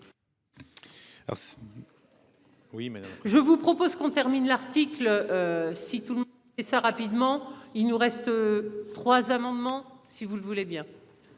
je vous propose qu'on termine l'article. Si tout et ça rapidement, il nous reste. Trois amendements, si vous le voulez bien.